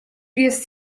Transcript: jest